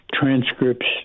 transcripts